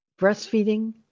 breastfeeding